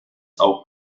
auch